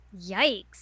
Yikes